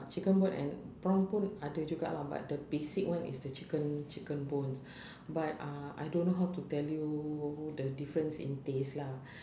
chicken bone and prawn pun ada juga lah but the basic one is the chicken chicken bones but uh I don't know how to tell you the difference in taste lah